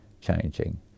changing